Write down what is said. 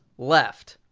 left,